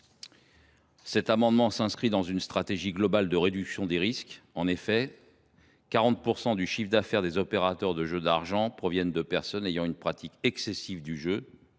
Cet amendement s’inscrit dans une stratégie globale de réduction des risques. En effet, 40 % du chiffre d’affaires des opérateurs de jeux d’argent proviennent de personnes ayant une pratique excessive du jeu